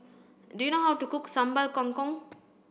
do you know how to cook Sambal Kangkong